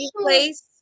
place